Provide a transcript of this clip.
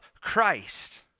Christ